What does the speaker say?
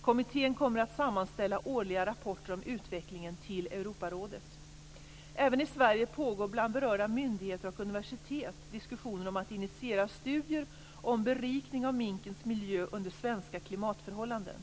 Kommittén kommer att sammanställa årliga rapporter om utvecklingen till Europarådet. Även i Sverige pågår bland berörda myndigheter och universitet diskussioner om att initiera studier om berikning av minkens miljö under svenska klimatförhållanden.